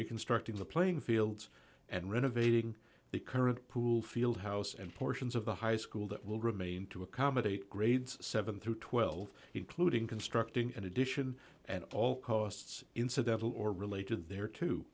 reconstructing the playing fields and renovating the current pool field house and portions of the high school that will remain to accommodate grades seven through twelve including constructing an addition at all costs incidental or related there to